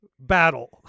battle